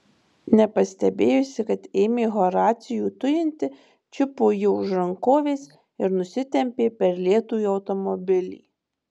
nepastebėjusi kad ėmė horacijų tujinti čiupo jį už rankovės ir nusitempė per lietų į automobilį